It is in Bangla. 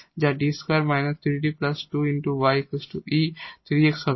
যা 𝐷 2 3𝐷 2 𝑦 𝑒 3𝑥 হবে